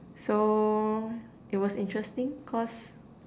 so it was interesting cause